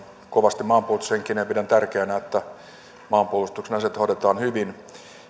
kovasti maanpuolustushenkinen ja pidän tärkeänä että maanpuolustuksen asiat hoidetaan hyvin